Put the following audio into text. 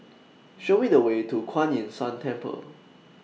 Show Me The Way to Kuan Yin San Temple